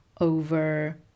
over